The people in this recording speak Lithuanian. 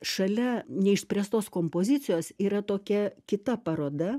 šalia neišspręstos kompozicijos yra tokia kita paroda